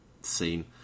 scene